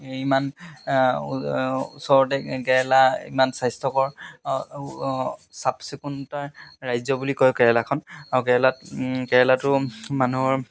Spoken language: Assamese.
ইমান ওচৰতে কেৰেলা ইমান স্বাস্থ্যকৰ চাফ চিকুণতাৰ ৰাজ্য বুলি কয় কেৰেলাখন আৰু কেৰেলাত কেৰেলাটো মানুহৰ